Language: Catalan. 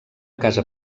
casa